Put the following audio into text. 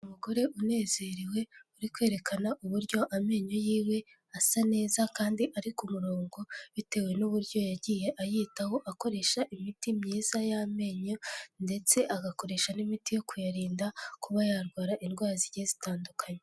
Umugore unezerewe uri kwerekana uburyo amenyo yiwe asa neza kandi ari ku murongo, bitewe n'uburyo yagiye ayitaho akoresha imiti myiza y'amenyo, ndetse agakoresha n'imiti yo kuyarinda kuba yarwara indwara zigiye zitandukanye.